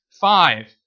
five